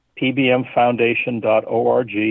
pbmfoundation.org